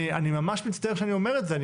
אני ממש מצטער שאני אומר את זה.